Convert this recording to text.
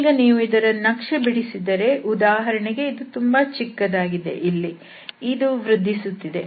ಈಗ ನೀವು ಇದರ ನಕ್ಷೆ ಬಿಡಿಸಿದರೆ ಉದಾಹರಣೆಗೆ ಇದು ತುಂಬಾ ಚಿಕ್ಕದಾಗಿದೆ ಇಲ್ಲಿ ಇದು ವೃದ್ಧಿಸುತ್ತಿದೆ